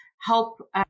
help